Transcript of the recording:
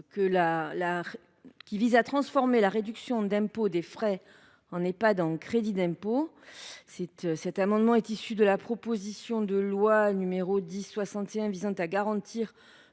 vise à transformer la réduction d’impôt au titre des frais en Ehpad en un crédit d’impôt. Cet amendement est issu de la proposition de loi n° 1061 visant à garantir